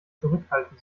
zurückhalten